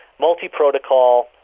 multi-protocol